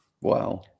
Wow